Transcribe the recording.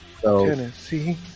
Tennessee